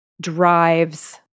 drives